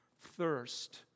thirst